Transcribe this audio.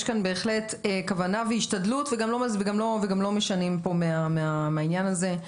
יש כאן בהחלט כוונה והשתדלות וגם לא משנים פה מהעניין הזה.